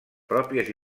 pròpies